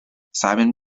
simon